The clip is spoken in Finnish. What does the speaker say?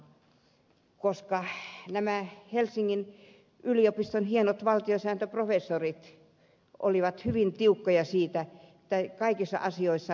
mutta nämä helsingin yliopiston hienot valtiosääntöprofessorit olivat hyvin tiukkoja kaikissa asioissa